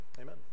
amen